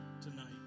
tonight